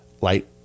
Light